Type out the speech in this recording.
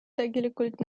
tegelikult